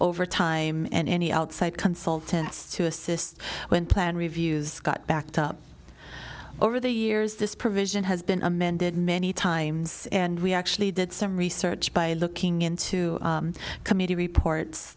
overtime and any outside consultants to assist when plan reviews got backed up over the years this provision has been amended many times and we actually did some research by looking into committee reports